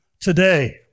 today